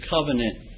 covenant